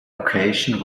occasion